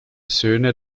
söhne